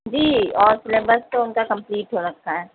جی اور سلیبس تو اُن کا کمپلیٹ ہو رکھا ہے